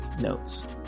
notes